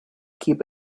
keep